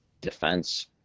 defense